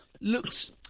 Looks